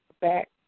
back